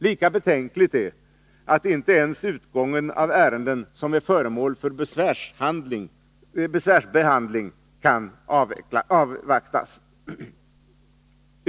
Lika betänkligt är att inte ens utgången av ärenden som är föremål för besvärsbehandling kan avvaktas.